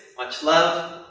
much love,